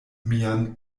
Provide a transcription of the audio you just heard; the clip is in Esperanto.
mian